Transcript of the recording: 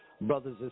brothers